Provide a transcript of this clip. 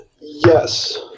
Yes